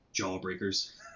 jawbreakers